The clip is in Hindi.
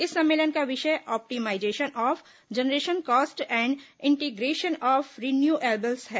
इस सम्मेलन का विषय optimization of generation cost and integration of renewables है